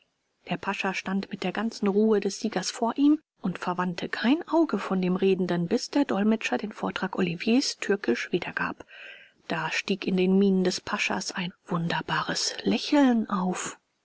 der pascha stand mit der ganzen ruhe des siegers vor ihm und verwandte kein auge von dem redenden bis der dolmetsch den vortrag oliviers türkisch wiedergab da stieg in den mienen des paschas ein wunderbares lächeln auf